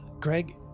Greg